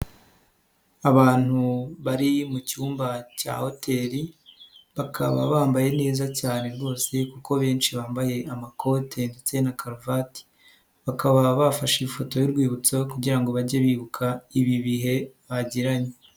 Abantu bari mu cyumba cya hoteli bakaba bambaye neza cyane rwose kuko benshi bambaye amakote ndetse na karuvati, bakaba bafashe ifoto y'urwibutso kugira ngo bajye bibuka ibi bihe bagiranye.